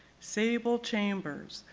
sable chambers,